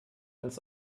als